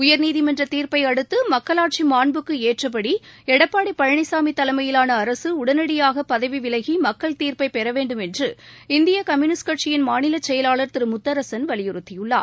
உயர்நீதிமன்ற தீர்ப்பை அடுத்து மக்களாட்சி மாண்புக்கு ஏற்றபடி திரு எடப்பாடி பழனிசாமி தலைமையிலாள அரசு உடனடியாக பதவிவிலகி மக்கள் தீர்ப்பை பெற வேண்டுமென்று இந்திய கம்யுனிஸ்ட்கட்சியின் மாநில செயலாளர் திரு முத்தரசன் வலியுறுத்தியுள்ளார்